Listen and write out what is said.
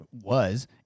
was-